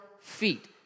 feet